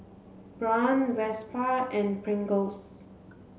Braun Vespa and Pringles